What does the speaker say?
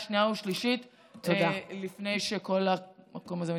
שנייה ושלישית לפני שכל המקום הזה מתפזר.